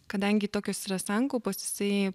kadangi tokios yra sankaupos jisai